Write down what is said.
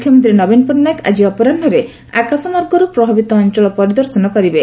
ମୁଖ୍ୟମନ୍ତ୍ରୀ ନବୀନ ପଟ୍ଟନାୟକ ଆଜି ଅପରାହ୍ନରେ ଆକାଶମାର୍ଗରୁ ପ୍ରଭାବିତ ଅଞ୍ଚଳ ପରିଦର୍ଶନ କରିବେ